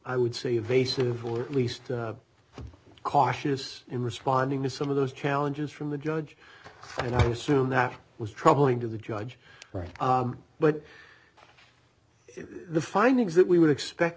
i would say of a civil or at least cautious in responding to some of those challenges from the judge and i assume that was troubling to the judge right but the findings that we would expect